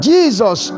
Jesus